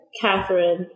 Catherine